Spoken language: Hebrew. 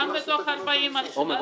גם בתוך ה-40 אחוזים.